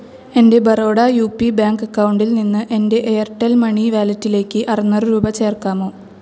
എൻ്റെ Baroda U P bank അക്കൗണ്ടിൽ നിന്ന് എൻ്റെ എയർടെൽ മണി വാലറ്റിലേക്ക് അറുനൂറ് രൂപ ചേർക്കാമോ